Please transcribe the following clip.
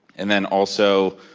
and then also,